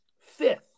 fifth